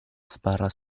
sbarra